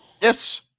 Yes